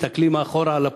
מסתכלים אחורה על הפריימריז,